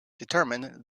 determined